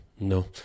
No